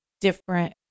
different